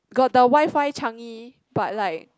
got the WiFi Changi but like